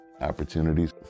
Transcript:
opportunities